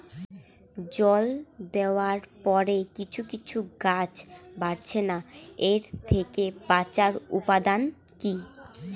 জল দেওয়ার পরে কিছু কিছু গাছ বাড়ছে না এর থেকে বাঁচার উপাদান কী?